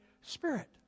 Spirit